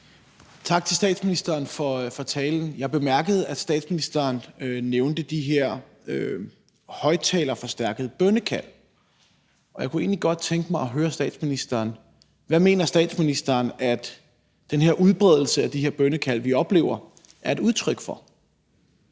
Tak til statsministeren for talen. Jeg bemærkede, at statsministeren nævnte de her højtalerforstærkede bønnekald, og jeg kunne egentlig godt tænke mig at høre statsministeren: Hvad mener statsministeren at den her udbredelse af de her bønnekald, vi oplever, er et udtryk for?